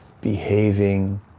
behaving